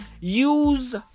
use